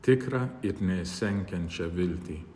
tikrą ir neišsenkančią viltį